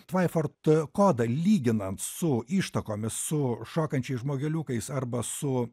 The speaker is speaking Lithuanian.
tvaiford kodą lyginant su ištakomis su šokančiais žmogeliukais arba su